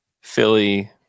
Philly